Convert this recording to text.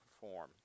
perform